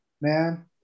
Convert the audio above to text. man